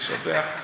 לשבח.